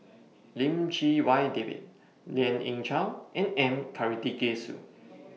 Lim Chee Wai David Lien Ying Chow and M Karthigesu